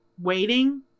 waiting